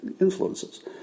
influences